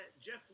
Jeff